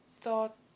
thought